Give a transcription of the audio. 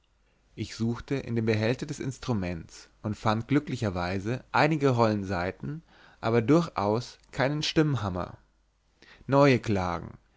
ich suchte in dem behälter des instruments und fand glücklicherweise einige rollen saiten aber durchaus keinen stimmhammer neue klagen